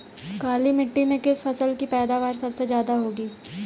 काली मिट्टी में किस फसल की पैदावार सबसे ज्यादा होगी?